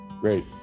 Great